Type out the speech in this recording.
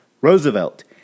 Roosevelt